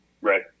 Right